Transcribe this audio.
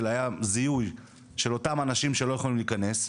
היה זיהוי של אותם אנשים שלא יכולים להיכנס,